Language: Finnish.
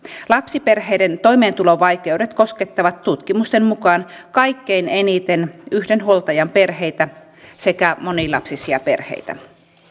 lapsiperheiden toimeentulovaikeudet koskettavat tutkimusten mukaan kaikkein eniten yhden huoltajan perheitä sekä monilapsisia perheitä